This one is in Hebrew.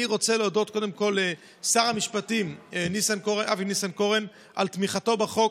אני רוצה להודות קודם כול לשר המשפטים אבי ניסנקורן על תמיכתו בחוק,